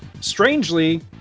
Strangely